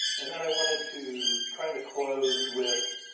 and then i wanted to kind of clothes with.